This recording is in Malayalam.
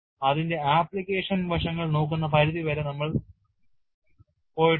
അതിന്റെ ആപ്ലിക്കേഷൻ വശങ്ങൾ നോക്കുന്ന പരിധി വരെ നമ്മൾ പോയിട്ടുണ്ട്